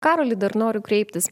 karoli dar noriu kreiptis